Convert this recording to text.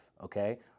okay